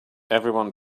everyone